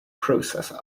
processor